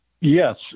Yes